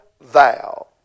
thou